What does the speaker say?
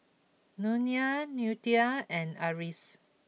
Nolia Ludie and Arlis